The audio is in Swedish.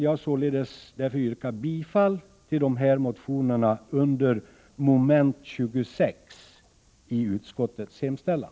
Jag vill därför yrka bifall till dessa motioner i motsvarande delar under mom. 26 i utskottets hemställan.